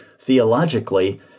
theologically